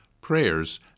prayers